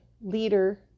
leader